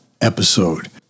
episode